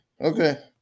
Okay